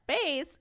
space